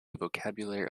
vocabulary